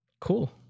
Cool